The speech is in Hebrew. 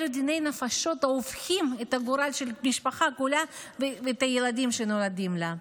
אלה דיני נפשות שהופכים את הגורל של המשפחה כולה ושל הילדים שנולדים לה.